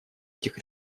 этих